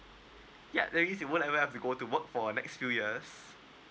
yup that means you won't have go to work for a next few years